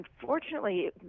unfortunately